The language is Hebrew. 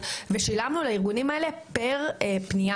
ושילמנו לארגונים האלה לפי מספר הפניות